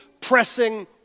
pressing